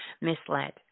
misled